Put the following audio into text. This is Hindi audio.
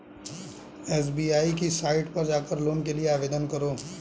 एस.बी.आई की साईट पर जाकर लोन के लिए आवेदन करो